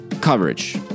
coverage